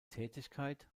tätigkeit